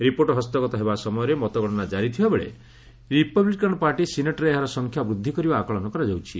report ହସ୍ତଗତ ହେବା ସମୟରେ ମତଗଣନା ଜାରି ଥିବାବେଳେ ରିପବିୂକାନ୍ ପାର୍ଟି ସିନେଟ୍ରେ ଏହାର ସଂଖ୍ୟା ବୃଦ୍ଧି କରିବା ଆକଳନ କରାଯାଉଛି